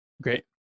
Great